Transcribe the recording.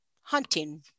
hunting